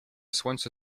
słońce